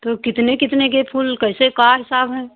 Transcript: तो कितने कितने के फूल कैसे का हिसाब है